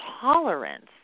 tolerance